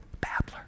babbler